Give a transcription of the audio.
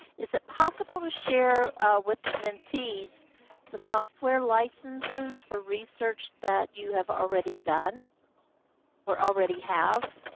is it possible to share with the mentees the software licenses for research that you have already done or already have?